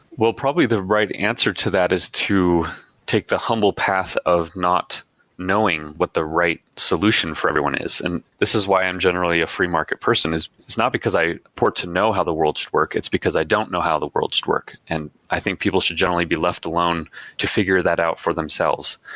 well, probably the right answer to that is to take the humble path of not knowing what the right solution for everyone is. and this is why i'm generally a free-market person, is it's not because i port to know how the world's work, it's because i don't know how the world's work, and i think people should generally be left alone to figure that out for themselves.